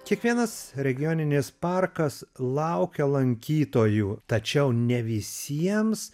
kiekvienas regioninis parkas laukia lankytojų tačiau ne visiems